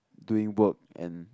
doing work and